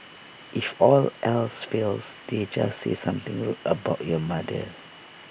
if all else fails they'd just say something rude about your mother